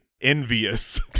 envious